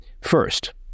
First